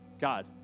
God